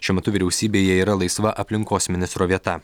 šiuo metu vyriausybėje yra laisva aplinkos ministro vieta